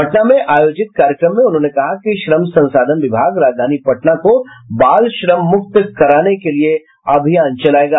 पटना में आयोजित कार्यक्रम में उन्होंने कहा कि श्रम संसाधन विभाग राजधानी पटना को बाल श्रम मुक्त कराने के लिए अभियान चलायेगा